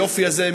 היופי הזה,